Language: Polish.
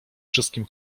wszystkim